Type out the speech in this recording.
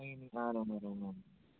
नहीं नही मैं आ मैं रहा हूँ मैं आ रहा हूँ